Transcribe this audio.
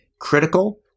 critical